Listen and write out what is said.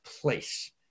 place